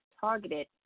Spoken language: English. targeted